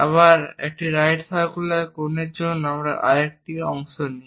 আবার একটি right circular কোন এর জন্য আমরা আরেকটি কাটা অংশ নিই